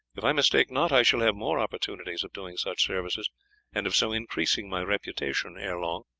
if i mistake not, i shall have more opportunities of doing such services and of so increasing my reputation ere long.